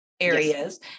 areas